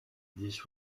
this